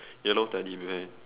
yellow teddy bear